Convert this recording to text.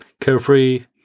carefree